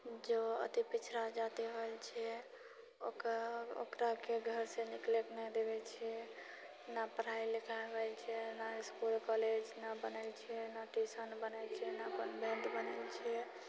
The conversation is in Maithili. जो अति पिछड़ा जाति होवेल छियै ओक ओकरा के घरसँ निकलैके नहि देबै छिऐ नहि पढ़ाइ लिखाइ होइ छै नहि इसकुल इसकुल कॉलेज नहि बनल छिऐ नहि ट्यूशन बनल छिऐ कन्भेन्ट बनल छिऐ